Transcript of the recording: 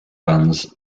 brands